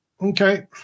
Okay